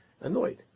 annoyed